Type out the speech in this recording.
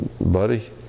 buddy